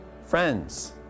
Friends